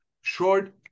short